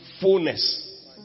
fullness